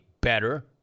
better